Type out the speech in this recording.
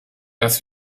dass